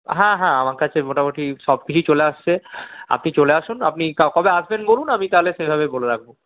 হ্যাঁ হ্যাঁ আমার কাছে মোটামুটি সব কিছুই চলে আসছে আপনি চলে আসুন আপনি কবে আসবেন বলুন আমি তাহলে সেইভাবে বলে রাখব